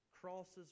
crosses